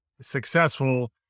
successful